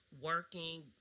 working